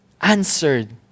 answered